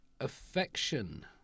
affection